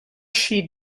she